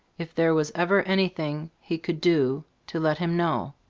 if there was ever anything he could do, to let him know.